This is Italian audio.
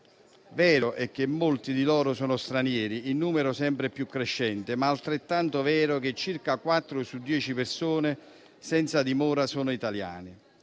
Vero è che molti di loro sono stranieri, in numero sempre più crescente, ma è altrettanto vero che circa quattro su dieci persone senza dimora sono italiane.